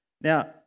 Now